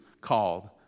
called